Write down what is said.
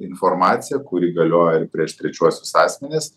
informacija kuri galioja ir prieš trečiuosius asmenis